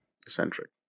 eccentric